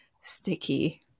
sticky